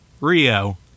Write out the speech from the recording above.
Rio